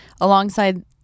alongside